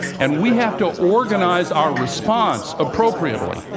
and we have to organize our response appropriately.